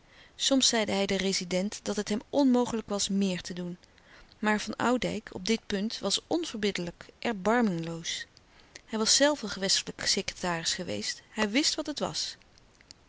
soms zeide hij den rezident dat het hem onmogelijk was meer te doen maar van oudijck op dit punt was onverbiddellijk erbarmingloos hij was zelve gewestelijk secretaris geweest hij wist wat het was